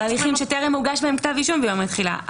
על הליכים שטרם הוגש בהם כתב אישום ביום התחילה,